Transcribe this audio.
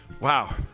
Wow